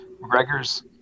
McGregor's